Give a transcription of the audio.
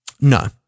No